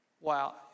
wow